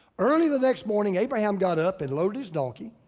early the next morning, abraham got up and loaded his donkey.